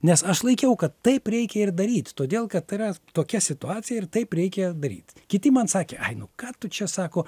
nes aš laikiau kad taip reikia ir daryt todėl kad tai yra tokia situacija ir taip reikia daryt kiti man sakė ai nu ką tu čia sako